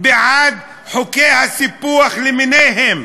בעד חוקי הסיפוח למיניהם,